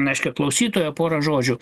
reiškia klausytojo porą žodžių